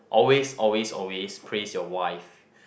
always always always praise your wife